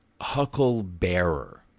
Hucklebearer